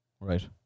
Right